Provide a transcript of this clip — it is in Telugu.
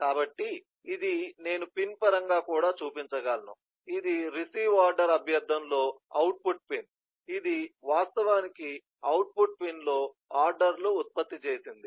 కాబట్టి ఇది నేను పిన్ పరంగా కూడా చూపించగలను ఇది రిసీవ్ ఆర్డర్ అభ్యర్థనలో అవుట్పుట్ పిన్ ఇది వాస్తవానికి అవుట్పుట్ పిన్లో ఆర్డర్ను ఉత్పత్తి చేసింది